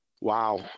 Wow